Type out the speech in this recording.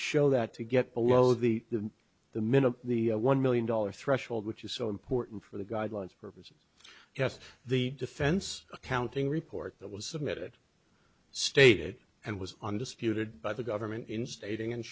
show that to get below the the minimum the one million dollars threshold which is so important for the guidelines purposes yes the defense accounting report that was submitted stated and was undisputed by the government in stating and